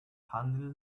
handling